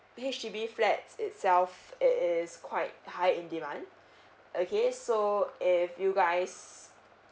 the H_D_B flats itself it is quite high in demand okay so if you guys